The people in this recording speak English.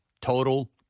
Total